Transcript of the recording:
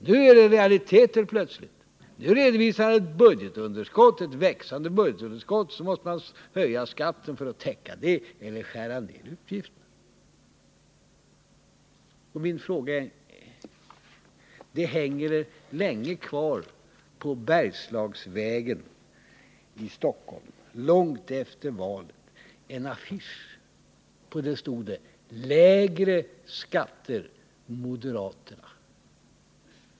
Nu är det realiteter plötsligt, nu redovisar han ett växande budgetunderskott, och man måste höja skatten för att täcka det eller skära ner utgifterna. Så till min fråga: På Bergslagsvägen i Stockholm hängde det långt efter valet kvar en affisch där det stod: Lägre skatter! Moderaterna.